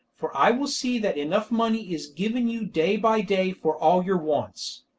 for i will see that enough money is given you day by day for all your wants.